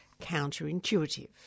counterintuitive